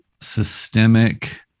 systemic